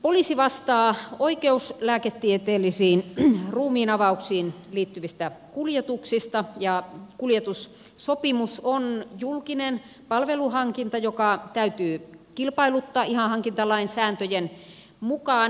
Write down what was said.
poliisi vastaa oikeuslääketieteellisiin ruumiinavauksiin liittyvistä kuljetuksista ja kuljetussopimus on julkinen palveluhankinta joka täytyy kilpailuttaa ihan hankintalain sääntöjen mukaan